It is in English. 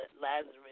Lazarus